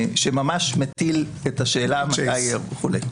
שממש מטיל את השאלה מתי יהיה וכולי.